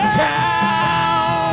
town